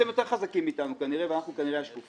אתם יותר חזקים מאיתנו ואנחנו כנראה השקופים